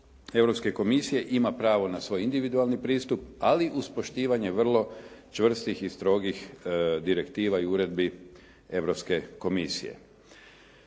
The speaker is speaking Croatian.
Europske komisije ima pravo na svoj individualni pristup, ali uz poštivanje vrlo čvrstih i strogih direktiva i uredbi Europske komisije.